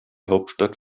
hauptstadt